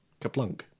Kaplunk